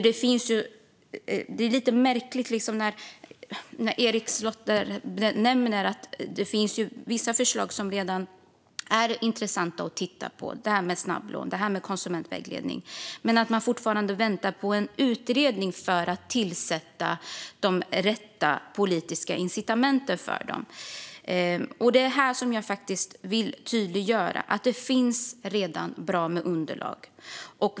Det blir lite märkligt när Erik Slottner säger att det finns vissa förslag som är intressanta att titta på, som det här med snabblån och konsumentvägledning, men att man fortfarande väntar på en utredning för att tillsätta de rätta politiska incitamenten för dem. Här vill jag tydliggöra att det redan finns bra underlag.